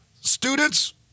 Students